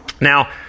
Now